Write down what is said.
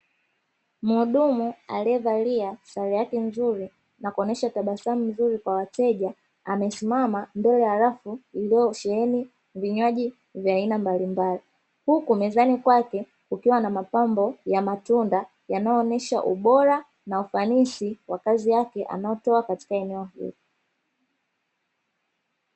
Mhudumu aliyevalia sare yake nzuri na kuonyesha tabasamu zuri kwa wateja, amesimama mbele ya rafu iliyosheheni vinywaji vya aina mbalimbali. Huku mezani kwake kukiwa na mapambo ya matunda yanayoonyesha ubora, na ufanisi wa kazi yake anayotoa katika eneo hili.